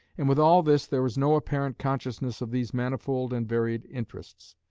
and with all this there is no apparent consciousness of these manifold and varied interests.